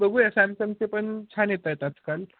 बघूया सॅमसंगचे पण छान येत आहेत आजकाल